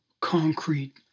concrete